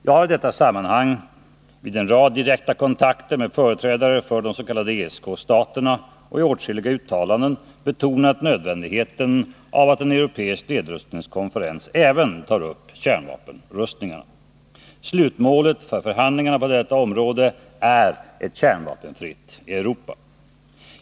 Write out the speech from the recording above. Jag har i detta sammanhang vid en rad direkta kontakter med företrädare för de s.k. ESK-staterna och i åtskilliga uttalanden betonat nödvändigheten av att en europeisk nedrustningskonferens även tar upp kärnvapenkapprustningen. Slutmålet för förhandlingarna på detta område är ett kärnvapenfritt Europa.